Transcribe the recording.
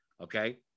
Okay